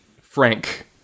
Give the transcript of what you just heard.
frank